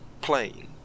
plane